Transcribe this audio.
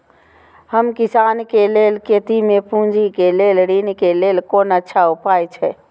हम किसानके लेल खेती में पुंजी के लेल ऋण के लेल कोन अच्छा उपाय अछि?